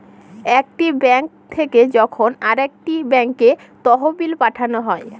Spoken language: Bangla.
একটি ব্যাঙ্ক থেকে যখন আরেকটি ব্যাঙ্কে তহবিল পাঠানো হয়